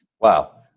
Wow